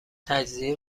تجزیه